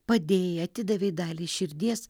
padėjai atidavei dalį širdies